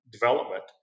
development